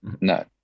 No